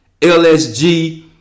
LSG